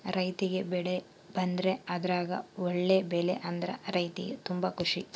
ರೈರ್ತಿಗೆ ಬೆಳೆ ಬಂದ್ರೆ ಅದ್ರಗ ಒಳ್ಳೆ ಬೆಳೆ ಬಂದ್ರ ರೈರ್ತಿಗೆ ತುಂಬಾ ಖುಷಿ